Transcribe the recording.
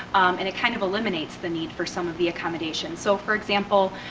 and it kind of eliminates the need for some of the accommodation. so, for example,